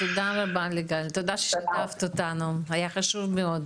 תודה רבה ליגל, תודה ששיתפת אותנו, היה חשוב מאוד.